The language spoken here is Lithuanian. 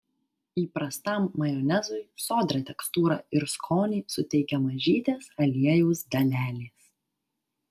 įprastam majonezui sodrią tekstūrą ir skonį suteikia mažytės aliejaus dalelės